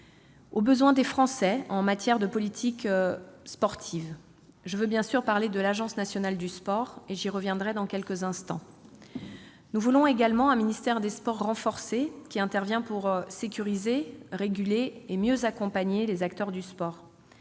et des Français en matière de politique sportive. Je veux bien sûr parler de l'Agence nationale du sport, sur laquelle je reviendrai dans quelques instants. Nous voulons également un ministère des sports renforcé, qui intervient pour sécuriser, réguler et mieux accompagner les acteurs du sport.